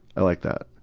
i like that.